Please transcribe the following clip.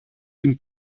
την